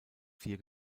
vier